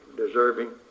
deserving